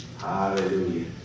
Hallelujah